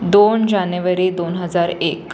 दोन जानेवारी दोन हजार एक